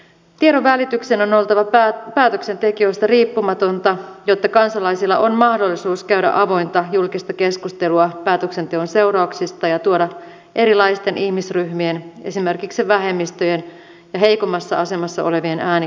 tiedonvälityksen on oltava päätöksentekijöistä riippumatonta jotta kansalaisilla on mahdollisuus käydä avointa julkista keskustelua päätöksenteon seurauksista ja tuoda erilaisten ihmisryhmien esimerkiksi vähemmistöjen ja heikommassa asemassa olevien ääni kuuluviin